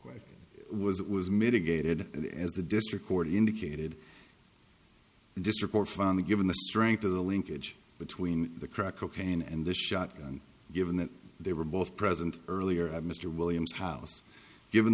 that was it was mitigated and as the district court indicated in this report finally given the strength of the linkage between the crack cocaine and the shot and given that they were both present earlier had mr williams house given